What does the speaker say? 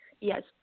Yes